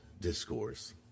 discourse